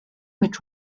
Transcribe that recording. mit